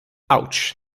ouch